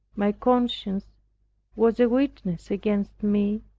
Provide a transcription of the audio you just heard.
my conscience was a witness against me,